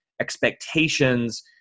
expectations